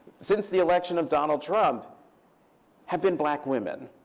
since the election of donald trump have been black women.